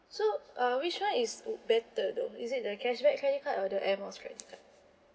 so uh which [one] is uh better though is it the cashback credit card or the air miles credit card